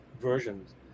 versions